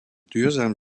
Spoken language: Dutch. duurzaam